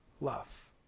love